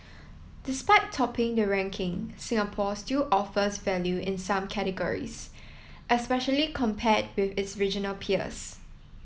despite topping the ranking Singapore still offers value in some categories especially compared with its regional peers